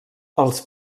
els